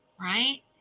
right